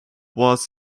was